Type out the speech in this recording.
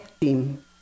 team